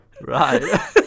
right